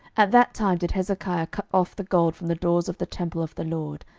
at that time did hezekiah cut off the gold from the doors of the temple of the lord,